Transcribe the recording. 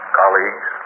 colleagues